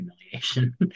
Humiliation